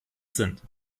sind